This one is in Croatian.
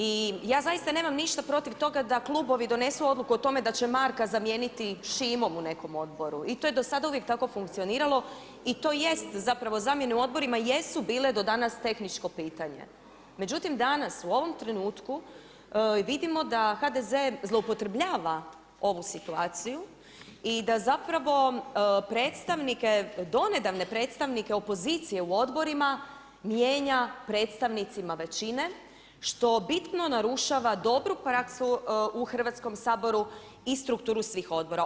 I ja zaista nemam ništa protiv toga da klubovi donesu odluku o tome da će Marka zamijeniti Šimom u nekom odboru i to je do sad uvijek tako funkcioniralo i to jest zamjene u odborima jesu bile do danas tehničko pitanje, međutim danas u ovom trenutku vidimo da HDZ zloupotrebljava ovu situaciju i da predstavnike donedavne predstavnike opozicije u odborima mijenja predstavnicima većine što bitno narušava dobru praksu u Hrvatskom saboru i strukturu svih odbora.